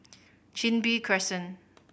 Chin Bee Crescent